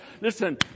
Listen